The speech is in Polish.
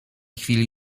chwili